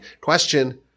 question